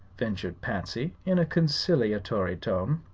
ventured patsy, in a conciliatory tone.